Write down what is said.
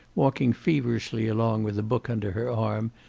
walking feverishly along with a book under her arm,